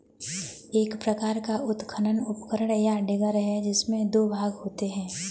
एक प्रकार का उत्खनन उपकरण, या डिगर है, जिसमें दो भाग होते है